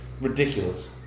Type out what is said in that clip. Ridiculous